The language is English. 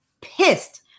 pissed